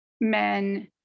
men